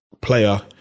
player